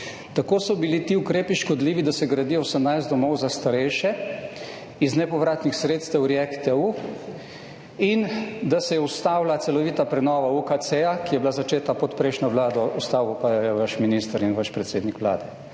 Tako so bili ti ukrepi škodljivi, da se gradi 18 domov za starejše iz nepovratnih sredstev React EU, in da se je ustavila celovita prenova UKC, ki je bila začeta pod prejšnjo Vlado, ustavil pa jo je vaš minister in vaš predsednik Vlade.